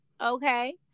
Okay